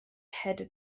headed